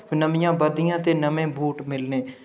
नमियां बर्दियां ते नमें बूट मिलने